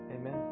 Amen